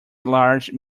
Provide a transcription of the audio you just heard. large